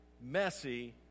messy